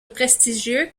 prestigieux